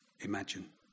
imagine